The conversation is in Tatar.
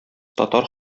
татар